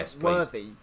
worthy